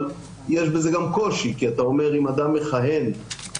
אבל יש בזה גם קושי כי אתה אומר: אם אדם מכהן תקופות